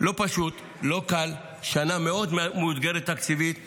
לא פשוט, לא קל, בשנה מאותגרת תקציבית מאוד,